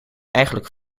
eigenlijk